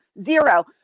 zero